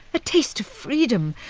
a taste of freedom!